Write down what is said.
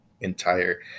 entire